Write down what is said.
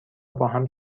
باهم